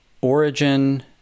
origin